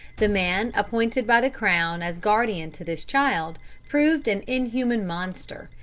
the man appointed by the crown as guardian to this child proved an inhuman monster,